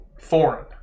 foreign